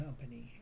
company